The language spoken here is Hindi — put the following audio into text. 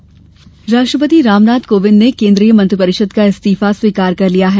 लोकसभा भंग राष्ट्रपति रामनाथ कोविंद ने केन्द्रीय मंत्री परिषद का इस्तीफा स्वीकार कर लिया है